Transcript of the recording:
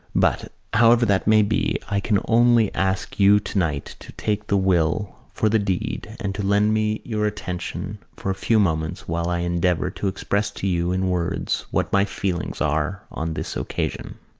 but, however that may be, i can only ask you tonight to take the will for the deed and to lend me your attention for a few moments while i endeavour to express to you in words what my feelings are on this occasion.